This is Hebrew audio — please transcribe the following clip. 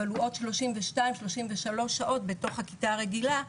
אבל הוא עוד 32 33 שעות בתוך הכיתה הרגילה,